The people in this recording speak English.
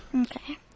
Okay